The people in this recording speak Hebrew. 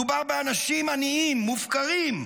מדובר באנשים עניים, מופקרים,